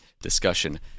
discussion